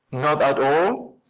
not at all?